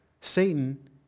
Satan